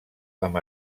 amb